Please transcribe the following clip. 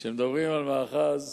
שמדברים על מאחז